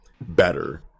better